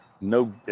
no